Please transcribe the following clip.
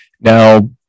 Now